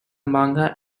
manga